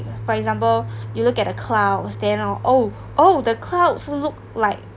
for example you look at a cloud staring then oh oh the clouds look like